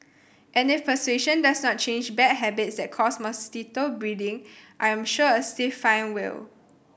and if persuasion does not change bad habits that cause mosquito breeding I am sure a stiff fine will